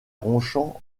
ronchamp